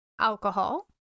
alcohol